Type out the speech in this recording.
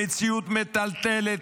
במציאות מטלטלת,